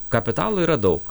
kapitalo yra daug